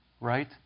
right